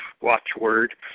watchword